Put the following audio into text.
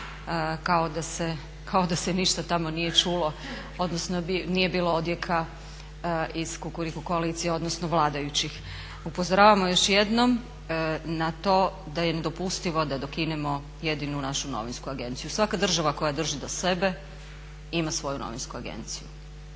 kao da se ništa tamo nije čulo, odnosno nije bilo odjeka iz Kukuriku koalicije odnosno vladajućih. Upozoravamo još jednom da je nedopustivo da dokinemo jedinu našu novinsku agenciju. Svaka država koja drži do sebe ima svoju novinsku agenciju.